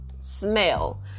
smell